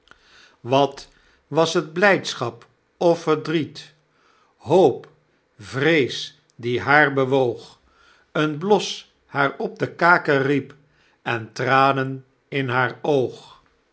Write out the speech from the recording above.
wat was het blydschap of verdriet hoop vrees die haar bewoog een bios haar op de kaken riep en tranen in haar oog